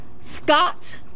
Scott